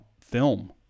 film